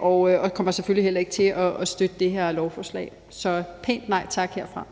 og kommer selvfølgelig heller ikke til at støtte det her lovforslag. Så det er et pænt nej tak herfra.